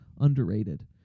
underrated